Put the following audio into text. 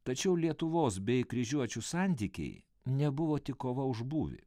tačiau lietuvos bei kryžiuočių santykiai nebuvo tik kova už būvį